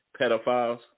Pedophiles